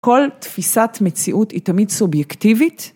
כל תפיסת מציאות היא תמיד סובייקטיבית.